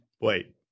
Wait